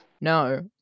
no